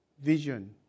vision